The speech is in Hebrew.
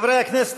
חברי הכנסת,